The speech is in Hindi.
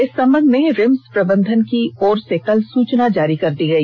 इस संबंध में रिम्स प्रबंधन की ओर से कल सूचना जारी कर दी गई